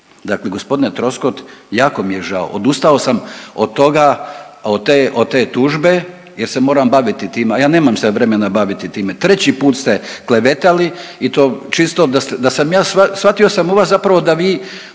Dakle, gospodine Troskot jako mi je žao, odustao sam od toga od te, od te tužbe jer se moram baviti time, a ja nemam se vremena baviti time. Treći put ste klevetali i to čisto da sam ja, shvatio sam u vas zapravo da vi